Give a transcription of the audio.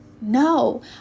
No